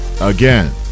again